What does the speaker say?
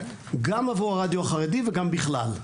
גם עבור הרדיו החרדי וגם בכלל.